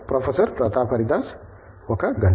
professor Pratap Haridas 1 గంట